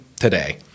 today